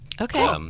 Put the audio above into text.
Okay